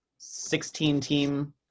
16-team